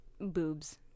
boobs